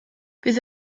bydd